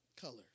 colors